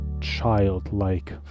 childlike